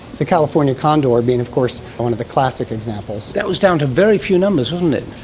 the california condor being of course one of the classic examples. that was down to very few numbers, wasn't it.